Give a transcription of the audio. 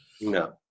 No